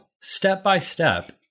step-by-step